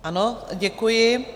Ano, děkuji.